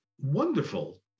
wonderful